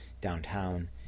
downtown